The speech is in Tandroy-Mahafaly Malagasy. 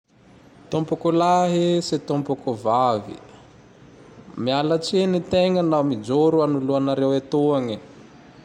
Tompoko lahy sy tompoko vavy mialatsiny tegna na mijoro aloanareo etoagne.